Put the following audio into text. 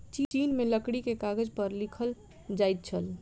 चीन में लकड़ी के कागज पर लिखल जाइत छल